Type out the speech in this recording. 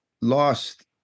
lost